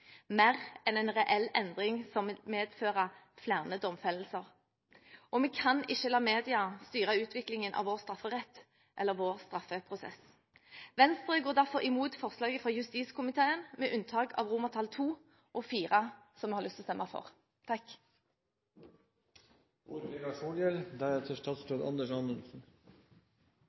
mer enn en reell endring som vil medføre flere domfellelser. Vi kan ikke la media styre utviklingen av vår strafferett og vår straffeprosess. Venstre går derfor imot forslaget fra justiskomiteen, med unntak av II og IV, som vi har lyst til å stemme for.